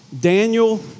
Daniel